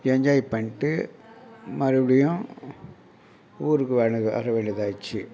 enjoy பண்ணிட்டு மறுபடியும் ஊருக்கு வல வரவேண்டியதாகிருச்சு